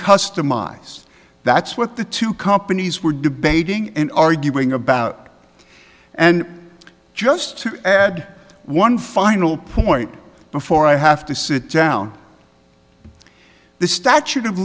customized that's what the two companies were debating and arguing about and just to add one final point before i have to sit down the statute of